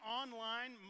online